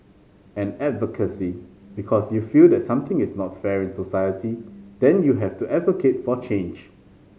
and advocacy because you feel that something is not fair in society then you have to advocate for change